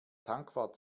tankwart